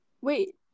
wait